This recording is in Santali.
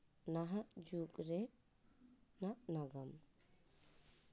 ᱱᱟᱦᱟᱜ ᱡᱩᱜᱽ ᱨᱮᱱᱟᱜ ᱱᱟᱜᱟᱢ